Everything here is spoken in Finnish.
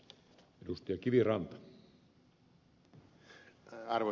arvoisa puhemies